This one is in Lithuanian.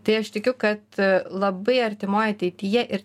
tai aš tikiu kad labai artimoj ateityje ir